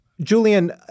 Julian